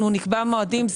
נקבע מועדים.